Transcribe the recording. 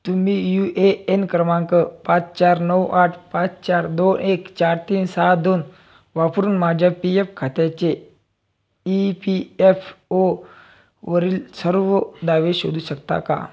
तुम्ही U A N क्रमांक पाच चार नऊ आठ पाच चार दोन एक चार तीन सहा दोन वापरून माझ्या पी एफ खात्याचे ई फी एफ ओ वरील सर्व दावे शोधू शकता का